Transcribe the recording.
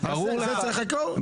אתה צריך רישיון בשביל לפעיל אותו,